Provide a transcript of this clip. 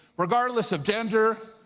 regardless of gender,